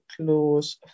clause